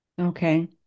Okay